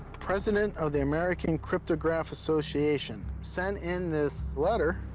president of the american cryptograph association sent in this letter,